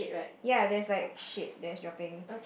ya there's like shit that is dropping